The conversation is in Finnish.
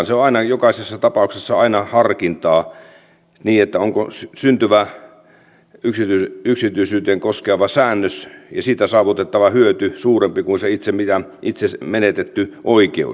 se on aina jokaisessa tapauksessa harkintaa onko syntyvä yksityisyyteen koskeva säännös ja siitä saavutettava hyöty suurempi kuin se itse menetetty oikeus